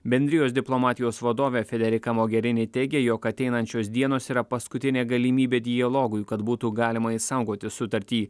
bendrijos diplomatijos vadovė federika mogerini teigė jog ateinančios dienos yra paskutinė galimybė dialogui kad būtų galima išsaugoti sutartį